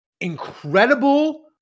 incredible